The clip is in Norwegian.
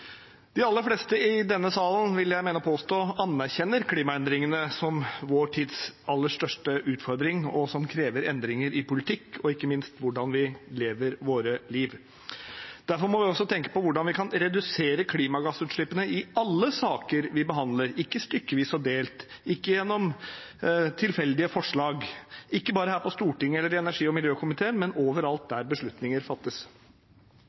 De aller fleste i denne salen, vil jeg mene, anerkjenner klimaendringene som vår tids aller største utfordring, og som noe som krever endringer i politikk og ikke minst i hvordan vi lever våre liv. Derfor må vi også tenke på hvordan vi kan redusere klimagassutslippene i alle saker vi behandler – ikke stykkevis og delt, ikke gjennom tilfeldige forslag, ikke bare her på Stortinget eller i energi- og miljøkomiteen, men overalt hvor beslutninger fattes.